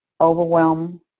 overwhelm